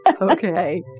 Okay